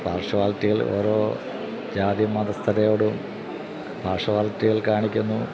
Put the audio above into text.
പാർഷ്വാലിറ്റിയിൽ ഓരോ ജാതി മതസ്ഥരോടും പാർഷ്വാലിറ്റികള് കാണിക്കുന്നു